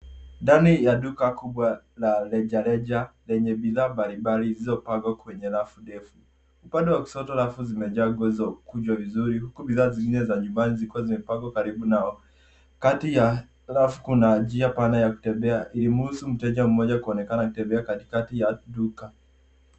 Ndani ya duka kubwa la rejareja lenye bidhaa mbalimbali zilizo pangwa kwenye rafu ndefu. Upande wa kushoto rafu zimejazwa nguo zilizo kunjwa vizuri huku bidhaa zingine za nyumbani zikiwa zimepangwa karibu nao. Kati ya rafu kuna njia pana ya kutembea ilimruhusu mteja mmoja anatembea kati katikati ya duka.